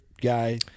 guy